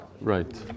Right